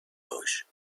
باش